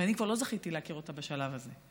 אבל אני כבר לא זכיתי להכיר אותה בשלב הזה.